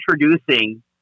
introducing